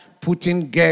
putting